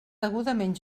degudament